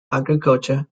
agriculture